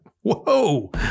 whoa